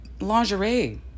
lingerie